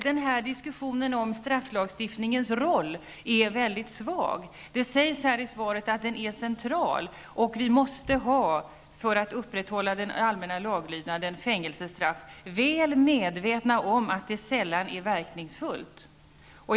Det sägs i svaret att strafflagstiftningens roll när det gäller att förebygga brottslighet är central och att vi, för att upprätthålla den allmänna laglydnaden, måste ha fängelsestraff, väl medvetna om att det sällan är ett verkningsfullt medel.